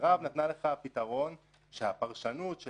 מרב נתנה לך פתרון שהפרשנות של